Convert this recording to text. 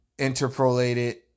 interpolated